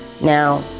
Now